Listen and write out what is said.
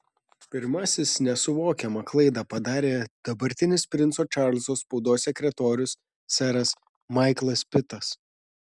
pirmasis nesuvokiamą klaidą padarė dabartinis princo čarlzo spaudos sekretorius seras maiklas pitas